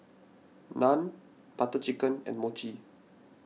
Naan Butter Chicken and Mochi